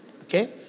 Okay